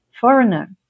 foreigner